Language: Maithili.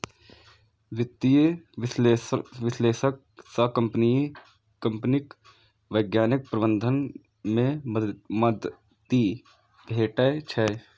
वित्तीय विश्लेषक सं कंपनीक वैज्ञानिक प्रबंधन मे मदति भेटै छै